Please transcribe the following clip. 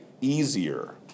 easier